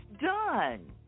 done